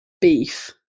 beef